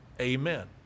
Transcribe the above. Amen